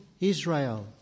Israel